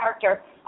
character